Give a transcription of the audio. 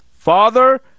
Father